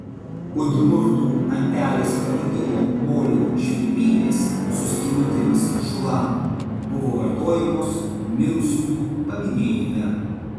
udmurtų antelės pavidalo molio švilpynės su skylutėmis šulan buvo vartojamos mirusiųjų paminėjime